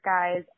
guys